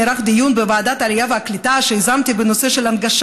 נערך בוועדת העלייה והקליטה שיזמתי בנושא הנגשה